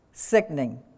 Sickening